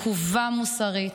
רקובה מוסרית,